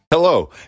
Hello